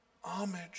Homage